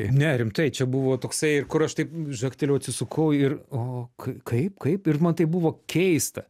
ne rimtai čia buvo toksai ir kur aš taip žagtelėjau atsisukau ir o kaip kaip ir man tai buvo keista